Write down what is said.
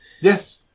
Yes